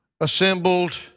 assembled